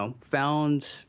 found